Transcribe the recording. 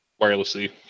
wirelessly